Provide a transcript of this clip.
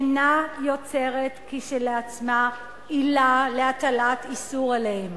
אינה יוצרת כשלעצמה עילה להטלת איסור עליהם.